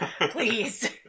Please